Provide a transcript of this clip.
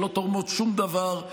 שלא תורמות שום דבר,